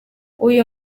uyu